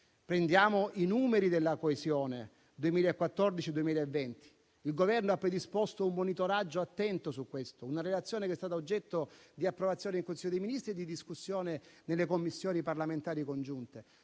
prendiamo i numeri della coesione 2014-2020; il Governo ha predisposto un monitoraggio attento su questo, una relazione che è stata oggetto di approvazione in Consiglio dei ministri e di discussione nelle Commissioni parlamentari congiunte.